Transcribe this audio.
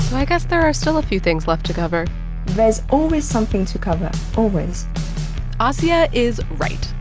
i guess there are still a few things left to cover there's always something to cover always acia is right.